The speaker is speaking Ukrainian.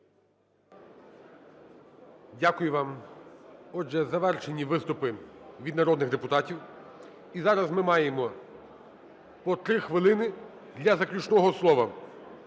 Дякую вам. Отже, завершені виступи від народних депутатів. І зараз ми маємо по 3 хвилини для заключного слова: